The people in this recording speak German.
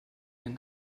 eine